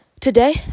today